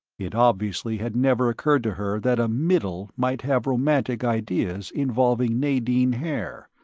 it obviously had never occurred to her that a middle might have romantic ideas involving nadine haer.